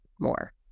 more